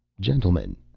gentlemen,